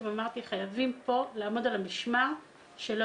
אמרתי שחייבים כאן לעמוד על המשמר שלא